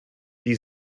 die